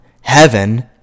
heaven